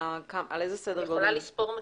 אני יכולה לספור מקומות.